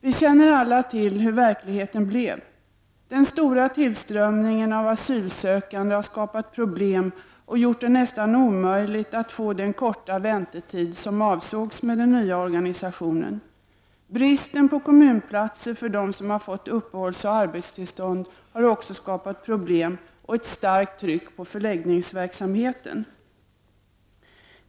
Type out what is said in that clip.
Vi känner alla till hur verkligheten blev. Den stora tillströmningen av asylsökande har skapat problem och gjort det nästan omöjligt att få den korta väntetid som avsågs med den nya organisationen. Bristen på kommunplatser för dem som har fått uppehållsoch arbetstillstånd har också skapat problem och ett starkt tryck på förläggningsverksamheten.